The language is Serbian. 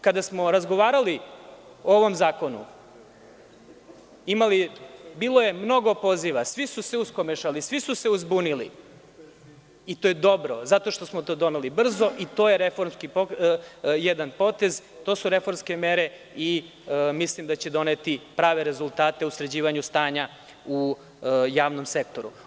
Kada smo razgovarali o ovom zakonu, bilo je mnogo poziva, svi su se uskomešali, svi su se uzbunili i to je dobro zato što smo doneli brzo i to je jedan reformski potez, to su reformske mere i mislim da će doneti prave rezultate u sređivanju stanja u javnom sektoru.